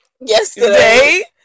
yesterday